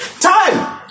Time